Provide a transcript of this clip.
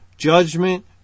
Judgment